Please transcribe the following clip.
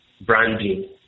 branding